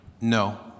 No